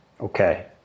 Okay